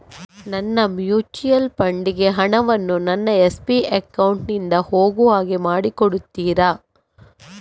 ನನ್ನ mutual fund ಗೆ ಹಣ ವನ್ನು ನನ್ನ ಎಸ್.ಬಿ ಅಕೌಂಟ್ ನಿಂದ ಹೋಗು ಹಾಗೆ ಮಾಡಿಕೊಡುತ್ತೀರಾ?